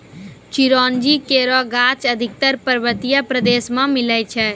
चिरौंजी केरो गाछ अधिकतर पर्वतीय प्रदेश म मिलै छै